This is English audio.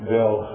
Bill